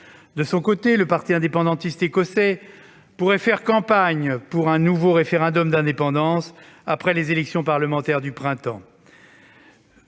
De son côté, le parti indépendantiste écossais pourrait faire campagne en faveur d'un nouveau référendum d'indépendance, après les élections au parlement d'Écosse du printemps